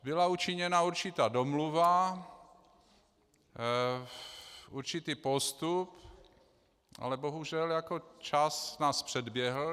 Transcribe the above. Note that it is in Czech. Byla učiněna určitá domluva, určitý postup, ale bohužel čas nás předběhl.